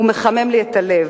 הוא מחמם את הלב,